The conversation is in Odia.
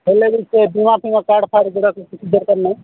ହେଲେ ସେ ବୀମା ଫୀମା କାର୍ଡ୍ ଫାର୍ଡ୍ଗୁଡ଼ାକ କିଛି ଦରକାର ନାହିଁ